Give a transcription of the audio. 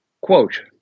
quote